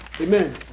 Amen